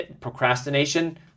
Procrastination